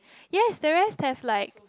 yes the rest have like